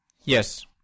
Yes